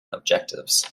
objectives